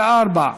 54),